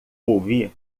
ouvi